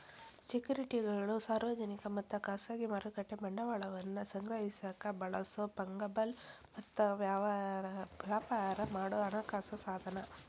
ಸೆಕ್ಯುರಿಟಿಗಳು ಸಾರ್ವಜನಿಕ ಮತ್ತ ಖಾಸಗಿ ಮಾರುಕಟ್ಟೆ ಬಂಡವಾಳವನ್ನ ಸಂಗ್ರಹಿಸಕ ಬಳಸೊ ಫಂಗಬಲ್ ಮತ್ತ ವ್ಯಾಪಾರ ಮಾಡೊ ಹಣಕಾಸ ಸಾಧನ